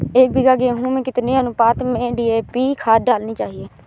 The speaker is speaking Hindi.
एक बीघे गेहूँ में कितनी अनुपात में डी.ए.पी खाद डालनी चाहिए?